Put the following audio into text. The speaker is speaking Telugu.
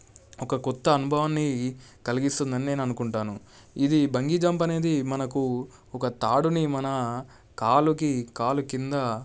ఒక కొత్త అనుభవాన్ని కలిగిస్తుందని నేననుకుంటాను ఇది బంగీ జంప్ అనేది మనకు ఒక తాడుని మన కాలుకి కాలు కింద